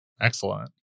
Excellent